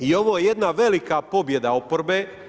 I ovo je jedna velika pobjeda oporbe.